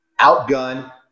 outgunned